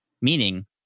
meaning